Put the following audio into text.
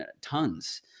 tons